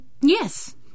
yes